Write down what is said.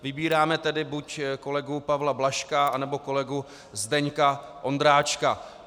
Vybíráme tedy buď kolegu Pavla Blažka, anebo kolegu Zdeňka Ondráčka.